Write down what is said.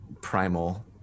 Primal